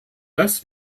dass